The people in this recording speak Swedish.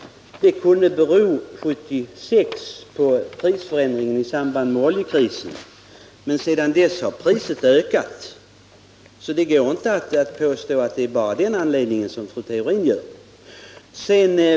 1976 kunde det bero på prisförändringarna i samband med oljekrisen. Men sedan dess har priset ökat, så det går inte att anföra det skälet, så som fru Theorin gör.